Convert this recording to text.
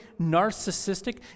narcissistic